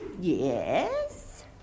Yes